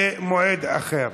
והצבעה במועד אחר.